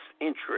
interest